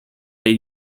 they